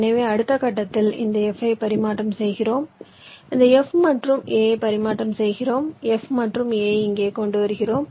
எனவே அடுத்த கட்டத்தில் இந்த f ஐ பரிமாற்றம் செய்கிறோம் இந்த f மற்றும் a ஐ பரிமாற்றம் செய்கிறோம் f மற்றும் a ஐ இங்கே கொண்டுவருகிறோம